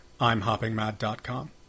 imhoppingmad.com